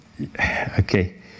okay